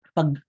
Pag